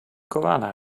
koala